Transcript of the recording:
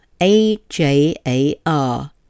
A-J-A-R